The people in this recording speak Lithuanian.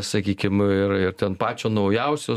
sakykim ir ir ten pačio naujausio